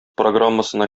программасына